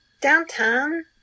Downtown